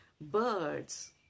birds